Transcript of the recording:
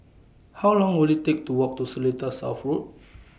How Long Will IT Take to Walk to Seletar South Road